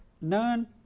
None